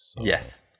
yes